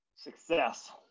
success